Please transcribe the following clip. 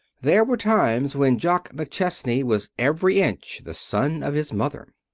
there were times when jock mcchesney was every inch the son of his mother.